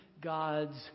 God's